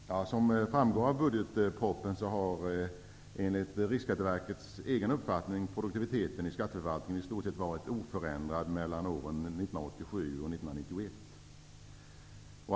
Herr talman! Som framgår av budgetpropositionen har, enligt Riksskatteverkets egen uppfattning, produktiviteten i skatteförvaltningen varit i stort sett oförändrad mellan åren 1987 och 1991.